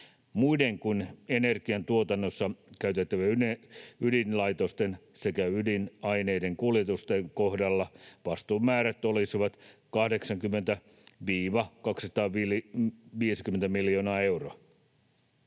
Muiden kuin energiantuotannossa käytettävien ydinlaitosten sekä ydinaineiden kuljetusten kohdalla vastuun määrät olisivat 80—250 miljoonaa euroa.